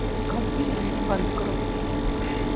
ਖੱਬੀ ਲਾਈਟ ਬੰਦ ਕਰੋ